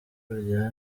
kurya